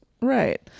Right